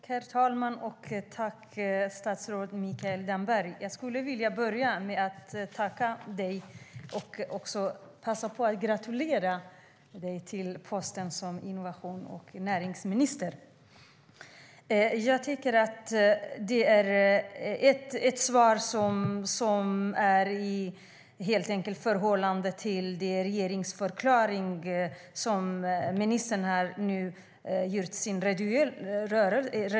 Herr talman! Jag tackar statsrådet Mikael Damberg för svaret. Jag vill passa på att gratulera dig till posten som närings och innovationsminister. Jag tycker att ministerns redogörelse i detta svar är i enlighet med regeringsförklaringen.